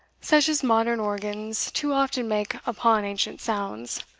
such as modern organs too often make upon ancient sounds,